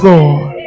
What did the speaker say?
Lord